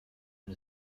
and